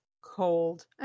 cold